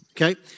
Okay